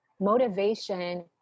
Motivation